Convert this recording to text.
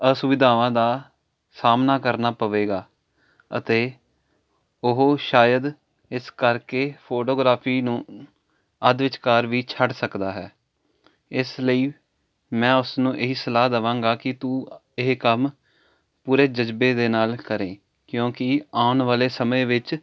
ਅਸੁਵਿਧਾਵਾਂ ਦਾ ਸਾਹਮਣਾ ਕਰਨਾ ਪਵੇਗਾ ਅਤੇ ਉਹ ਸ਼ਾਇਦ ਇਸ ਕਰਕੇ ਫੋਟੋਗ੍ਰਾਫੀ ਨੂੰ ਅੱਧ ਵਿਚਕਾਰ ਵੀ ਛੱਡ ਸਕਦਾ ਹੈ ਇਸ ਲਈ ਮੈਂ ਉਸਨੂੰ ਇਹੀ ਸਲਾਹ ਦੇਵਾਂਗਾ ਕਿ ਤੂੰ ਇਹ ਕੰਮ ਪੂਰੇ ਜਜ਼ਬੇ ਦੇ ਨਾਲ ਕਰੇ ਕਿਉਂਕਿ ਆਉਣ ਵਾਲੇ ਸਮੇਂ ਵਿੱਚ